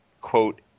quote